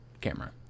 camera